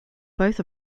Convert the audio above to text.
both